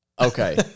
Okay